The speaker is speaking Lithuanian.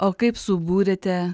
o kaip subūrėte